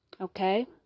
Okay